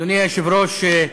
אדוני היושב-ראש,